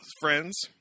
Friends